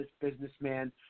businessman